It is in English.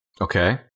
Okay